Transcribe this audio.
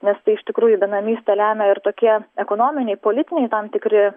nes tai iš tikrųjų benamystę lemia ir tokie ekonominiai politiniai tam tikri